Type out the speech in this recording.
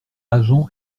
agen